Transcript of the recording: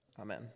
Amen